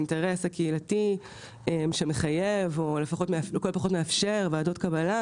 שאכן האינטרס הקהילתי שמחייב או לכל הפחות מאפשר ועדות קבלה,